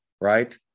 Right